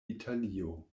italio